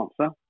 answer